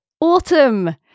autumn